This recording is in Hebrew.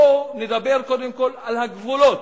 בואו נדבר קודם כול על הגבולות,